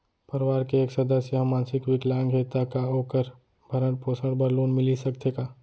परवार के एक सदस्य हा मानसिक विकलांग हे त का वोकर भरण पोषण बर लोन मिलिस सकथे का?